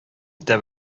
итә